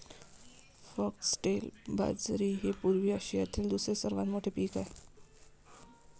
foxtail बाजरी हे पूर्व आशियातील दुसरे सर्वात मोठे पीक आहे